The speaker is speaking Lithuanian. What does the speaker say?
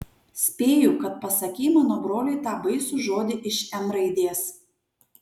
spėju kad pasakei mano broliui tą baisų žodį iš m raidės